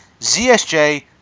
ZSJ